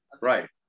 right